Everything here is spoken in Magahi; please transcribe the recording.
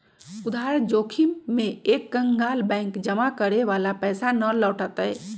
उधार जोखिम में एक कंकगाल बैंक जमा करे वाला के पैसा ना लौटय तय